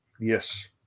Yes